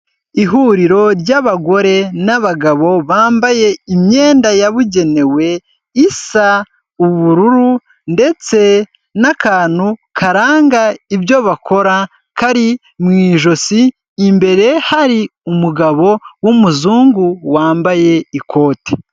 Ihuriro ry'abagore n'abagabo, bambaye imyenda yabugenewe, isa ubururu, ndetse n'akantu karanga ibyo bakora kari mu ijosi, imbere hari umugabo w'umuzungu, wambaye ikote.